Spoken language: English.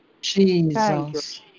Jesus